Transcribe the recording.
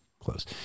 close